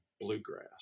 bluegrass